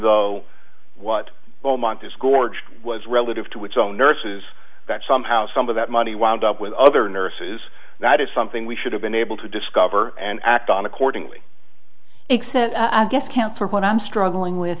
though what beaumont disgorged was relative to its own nurses that somehow some of that money wound up with other nurses that is something we should have been able to discover and act on accordingly except i guess counter what i'm struggling with